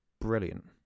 brilliant